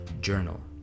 Journal